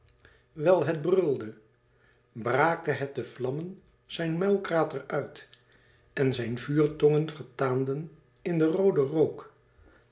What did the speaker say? wijl het brulde braakte het de vlammen zijn muilkrater uit en zijne vuurtongen vertaanden in den rooden rook